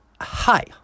hi